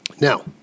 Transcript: Now